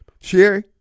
Sherry